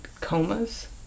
comas